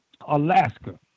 Alaska